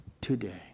today